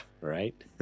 right